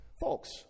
Folks